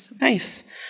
Nice